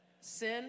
Sin